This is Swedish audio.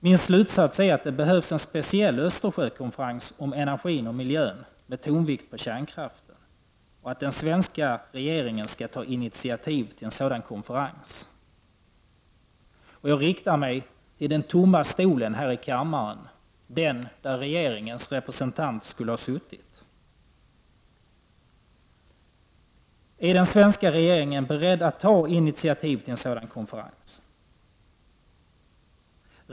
Min slutsats är att det behövs en speciell Östersjökonferens om energin och miljön med tonvikt på kärnkraften, och att den svenska regeringen skall ta initiativ till en sådan konferens. Jag riktar mig till den tomma stol här i kammaren där regeringens representant skulle ha suttit. Är den svenska regeringen beredd att ta initiativ till en sådan konferens?